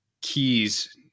Key's